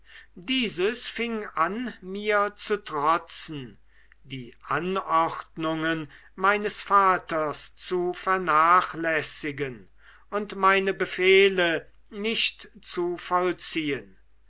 dieses fing an mir zu trotzen die anordnungen meines vaters zu vernachlässigen und meine befehle nicht zu vollziehen